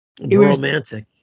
Romantic